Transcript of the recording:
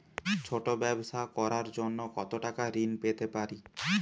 ছোট ব্যাবসা করার জন্য কতো টাকা ঋন পেতে পারি?